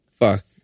fuck